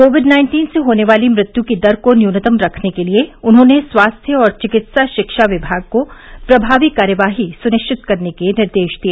Covid nineteen से होने वाली मृत्यू की दर को न्यूनतम रखने के लिए उन्होंने स्वास्थ्य और चिकित्सा शिक्षा विभाग को प्रभावी कार्यवाही सुनिश्चित करने के निर्देश दिए